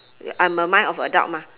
I'm a mind of adult mah